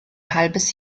halbes